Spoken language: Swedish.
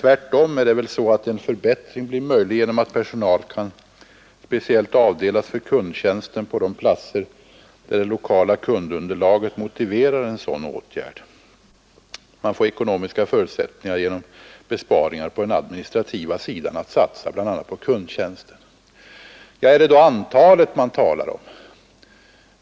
Tvärtom blir väl en förbättring möjlig genom att personal kan speciellt avdelas för kundtjänsten på de platser där det lokala kundunderlaget Nr 78 motiverar en sådan åtgärd. Man får genom besparingar på den administra Måndagen den tiva sidan ekonomiska förutsättningar att satsa bl.a. på kundtjänsten. 15 maj 1972 Är det då antalet indragningar av tjänster kommunen vill ha besked om?